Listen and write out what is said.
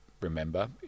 remember